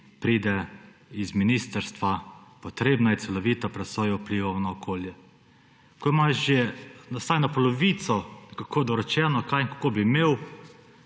pride iz ministrstva: »potrebna je celovita presoja vplivov na okolje«. Ko imaš še vsaj na polovico nekako dorečeno, kaj in kako bi imel,